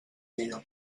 dia